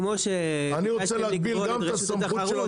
אני רוצה להגביל גם את הסמכות של הוועדה.